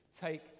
take